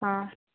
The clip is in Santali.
ᱦᱮᱸ